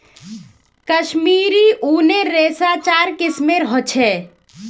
कश्मीरी ऊनेर रेशा चार किस्मेर ह छे